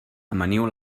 amaniu